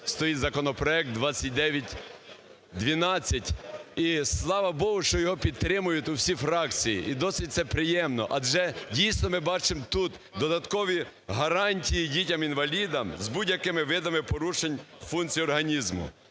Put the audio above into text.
стоїть законопроект 2912 і, слава богу, що його підтримують всі фракції і досить це приємно. Адже, дійсно, ми бачимо тут додаткові гарантії дітям-інвалідам з будь-якими видами порушень функції організму.